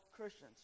Christians